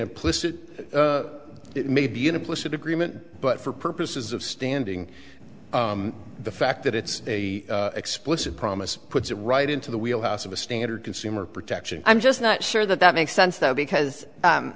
implicit maybe an implicit agreement but for purposes of standing the fact that it's a explicit promise puts it right into the wheel house of a standard consumer protection i'm just not sure that that makes sense though because